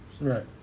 Right